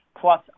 plus